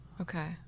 Okay